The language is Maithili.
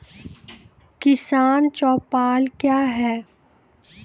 किसान चौपाल क्या हैं?